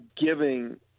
giving